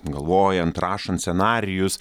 galvojant rašant scenarijus